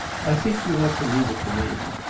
i think you ought to leave it to me.